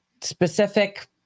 specific